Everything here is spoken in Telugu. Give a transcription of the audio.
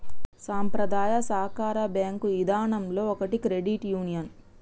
సంప్రదాయ సాకార బేంకు ఇదానంలో ఒకటి క్రెడిట్ యూనియన్